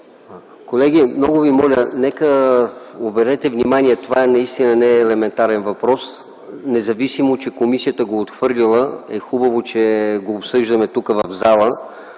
Колеги, много ви моля, обърнете внимание, това наистина не е елементарен въпрос, независимо че комисията го е отхвърлила. Хубаво е, че го обсъждаме в залата,